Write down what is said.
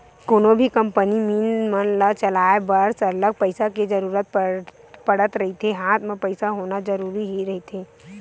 कोनो भी company, mill मन ल चलाय बर सरलग पइसा के जरुरत पड़त रहिथे हात म पइसा होना जरुरी ही रहिथे